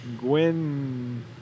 Gwen